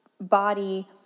body